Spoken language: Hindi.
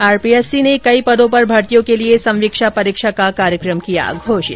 आरपीएससी ने कई पदों पर भर्तियों के लिए संवीक्षा परीक्षा का कार्यक्रम किया घोषित